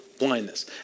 blindness